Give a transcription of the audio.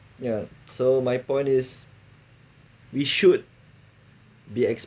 ya so my point is we should be